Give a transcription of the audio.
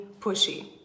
pushy